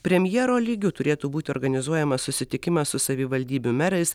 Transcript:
premjero lygiu turėtų būti organizuojamas susitikimas su savivaldybių merais